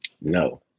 No